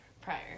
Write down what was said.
prior